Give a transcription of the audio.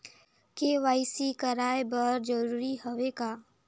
KYC कराय बर जरूरी हवे का?